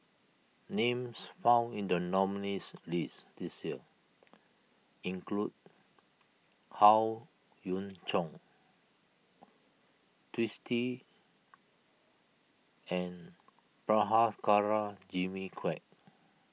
names found in the nominees' list this year include Howe Yoon Chong Twisstii and Prabhakara Jimmy Quek